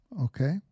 okay